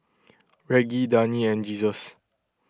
Reggie Dani and Jesus